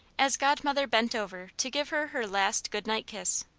as godmother bent over to give her her last good-night kiss.